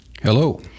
Hello